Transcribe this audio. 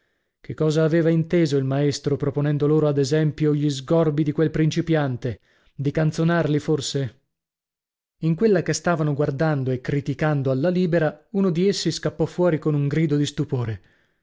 che cosa aveva inteso il maestro proponendo loro ad esempio gli sgorbi di quel principiante di canzonarli forse in quella che stavano guardando e criticando alla libera uno di essi scappò fuori con un grido di stupore